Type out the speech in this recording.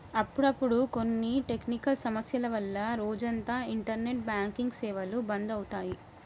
అప్పుడప్పుడు కొన్ని టెక్నికల్ సమస్యల వల్ల రోజంతా ఇంటర్నెట్ బ్యాంకింగ్ సేవలు బంధు అవుతాయి